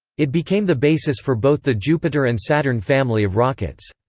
it became the basis for both the jupiter and saturn family of rockets.